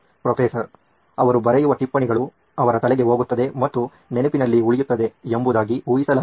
professor ಅವರು ಬರೆಯುವ ಟಿಪ್ಪಣಿಗಳು ಅವರ ತಲೆಗೆ ಹೋಗುತ್ತದೆ ಮತ್ತು ನೆನಪಿನಲ್ಲಿ ಉಳಿದಿರುತ್ತದೆ ಎಂಬೂದಾಗಿ ಊಹಿಸಲಾಗಿದೆ